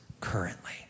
currently